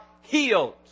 healed